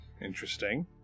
Interesting